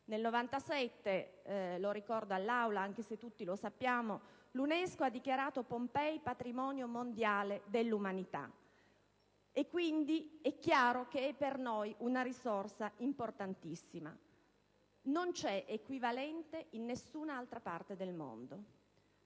Nel 1997 - lo ricordo all'Assemblea anche se tutti lo sappiamo - l'UNESCO ha dichiarato Pompei patrimonio mondiale dell'umanità. Quindi è chiaro che è per noi una risorsa importantissima. Non c'è equivalente in nessuna altra parte del mondo.